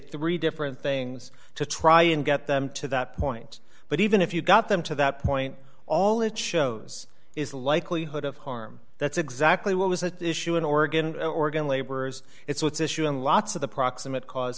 three different things to try and get them to that point but even if you got them to that point all it shows is likelihood of harm that's exactly what was the issue in oregon in oregon labor's it's issue in lots of the proximate cause